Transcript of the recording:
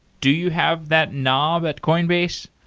do you have that knob at coinbase?